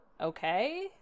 okay